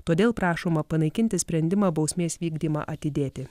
todėl prašoma panaikinti sprendimą bausmės vykdymą atidėti